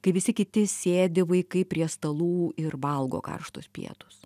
kai visi kiti sėdi vaikai prie stalų ir valgo karštus pietus